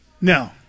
No